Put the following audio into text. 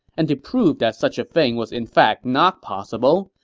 and to prove that such a thing was in fact not possible,